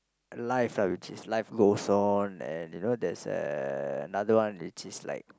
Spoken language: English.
life ah which is life goes on and you know there's uh another one which is like